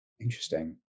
interesting